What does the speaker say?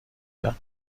جان